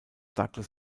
douglas